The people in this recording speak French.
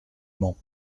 mans